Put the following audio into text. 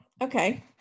okay